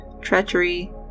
treachery